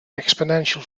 exponential